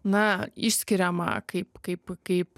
na išskiriama kaip kaip kaip